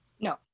No